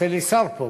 חסר לי שר פה.